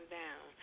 down